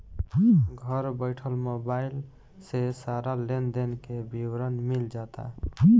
घर बइठल मोबाइल से सारा लेन देन के विवरण मिल जाता